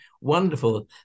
wonderful